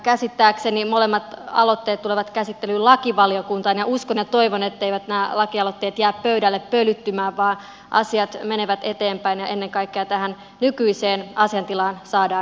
käsittääkseni molemmat aloitteet tulevat käsittelyyn lakivaliokuntaan ja uskon ja toivon etteivät nämä lakialoitteet jää pöydälle pölyttymään vaan asiat menevät eteenpäin ja ennen kaikkea tähän nykyiseen asiantilaan saadaan muutos